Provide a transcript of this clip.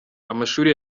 amashuri